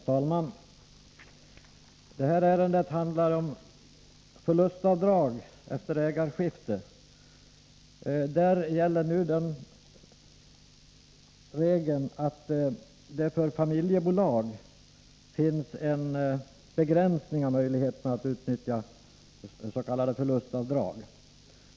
Herr talman! Detta ärende handlar om förlustavdrag efter ägarskifte. Där gäller nu den regeln att det för familjebolag finns en begränsning av möjligheterna att utnyttja s.k. förlustavdrag.